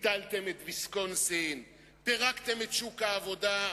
ביטלתם את ויסקונסין, פירקתם את שוק העבודה,